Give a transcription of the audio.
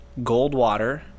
Goldwater